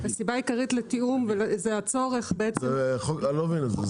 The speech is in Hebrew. הסיבה העיקרית לתיאום זה הצורך בעצם --- אני לא מבין את זה.